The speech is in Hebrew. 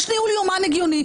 יש ניהול יומן הגיוני.